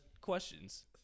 questions